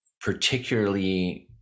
particularly